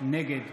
נגד